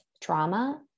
trauma